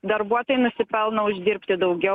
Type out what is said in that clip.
darbuotojai nusipelno uždirbti daugiau